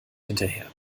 hinterher